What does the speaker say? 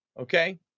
okay